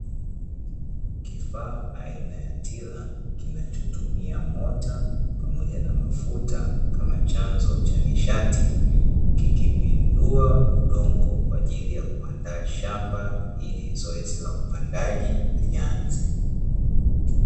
Kifaa aina ya tila kinachotumia mota pamoja na mafuta kama chanzo cha nishati, kikipindua udongo kwa ajili ya kuandaa shamba, ili zoezi la upandaji lianze.